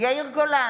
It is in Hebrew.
יאיר גולן,